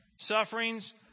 sufferings